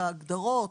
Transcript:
את ההגדרות,